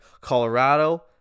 Colorado